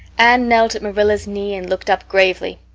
anne knelt at marilla's knee and looked up gravely.